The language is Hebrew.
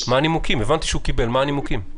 הבנתי שהוא קיבל, מה הנימוקים?